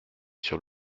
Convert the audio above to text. sur